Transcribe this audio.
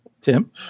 Tim